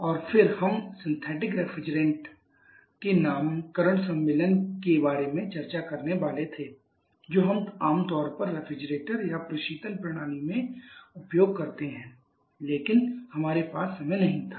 और फिर हम सिंथेटिक रेफ्रिजरेटर के नामकरण सम्मेलन के बारे में चर्चा करने वाले थे जो हम आमतौर पर रेफ्रिजरेटर या प्रशीतन प्रणाली में उपयोग करते हैं लेकिन हमारे पास समय नहीं था